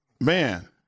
Man